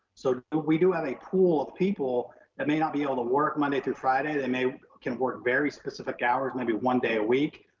so ah we do have a pool of people and may not be able to work monday through friday. they may can work very specific hours, maybe one day a week.